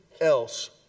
else